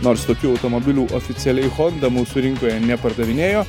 nors tokių automobilių oficialiai honda mūsų rinkoje nepardavinėjo